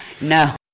No